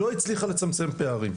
אבל לא הצליחה לצמצם פערים.